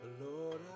Lord